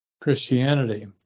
Christianity